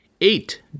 Eight